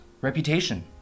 reputation